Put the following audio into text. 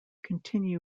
continue